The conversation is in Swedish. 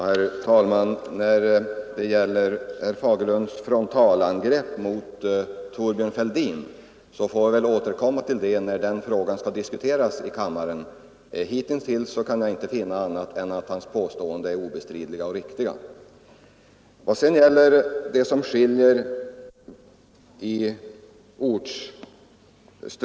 Herr talman! Herr Fagerlunds totalangrepp i förra repliken mot Thorbjörn Fälldin får vi väl återkomma till när den frågan kommer att diskuteras här i kammaren. Jag kan inte finna annat än att herr Fälldins påståenden hittills har varit och är obestridliga och riktiga.